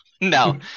no